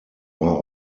are